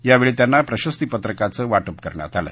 यावेळी त्यांना प्रशस्ती पत्रकाचं वाटप करण्यात आलं